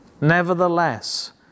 Nevertheless